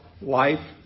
life